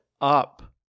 up